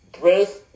Bruce